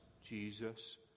Jesus